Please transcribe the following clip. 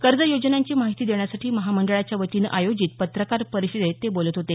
कर्ज योजनांची माहिती देण्यासाठी महामंडळाच्या वतीने आयोजित पत्रकार परिषदेत ते बोलत होते